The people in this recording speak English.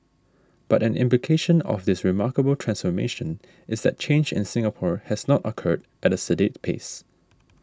but an implication of this remarkable transformation is that change in Singapore has not occurred at a sedate pace